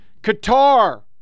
Qatar